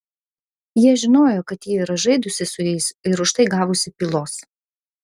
jie žinojo kad ji yra žaidusi su jais ir už tai gavusi pylos